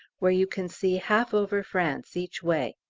where you can see half over france each way.